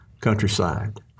countryside